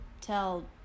tell